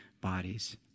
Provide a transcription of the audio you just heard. bodies